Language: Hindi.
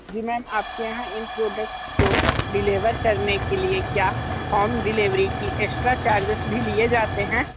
जी मैम आपके यहाँ इन प्रॉडक्ट्स को डिलीवर करने के लिए क्या होम डिलीवरी की एक्स्ट्रा चार्जिज़ भी लिए जाते हैं